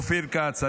אופיר כץ,